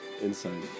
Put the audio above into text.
insane